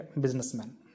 Businessman